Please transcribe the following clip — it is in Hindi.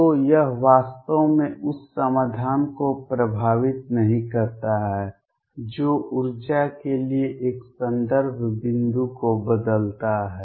तो यह वास्तव में उस समाधान को प्रभावित नहीं करता है जो ऊर्जा के लिए एक संदर्भ बिंदु को बदलता है